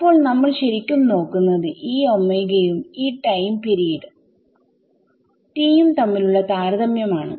അപ്പോൾ നമ്മൾ ശരിക്കും നോക്കുന്നത്ഈ ഉം ഈ ടൈം പീരീഡ് T യും തമ്മിലുള്ള താരതമ്യം ആണ്